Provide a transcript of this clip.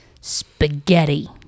spaghetti